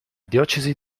diocesi